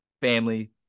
Family